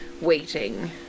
waiting